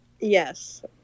Yes